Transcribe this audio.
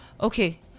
okay